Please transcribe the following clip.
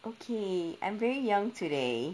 okay I'm very young today